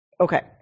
Okay